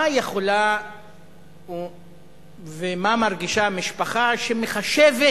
מה יכולה ומה מרגישה משפחה שמחשבת